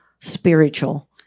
spiritual